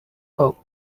hope